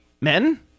men